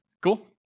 Cool